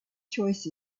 choice